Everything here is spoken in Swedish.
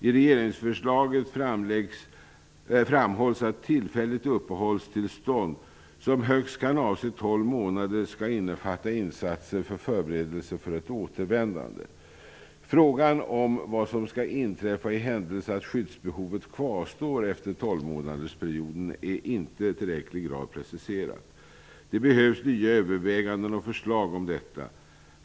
I regeringsförslaget framhålls att tillfälligt uppehållstillstånd, som kan avse högst tolv månader, skall innefatta insatser för förberedelser för ett återvändande. Frågan om vad som skall inträffa i händelse att skyddsbehovet kvarstår efter tolvmånadersperioden är inte i tillräcklig grad preciserad. Det behövs nya överväganden och förslag om detta.